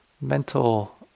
mental